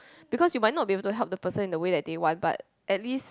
because you might not be able to help the person in the way that they want but at least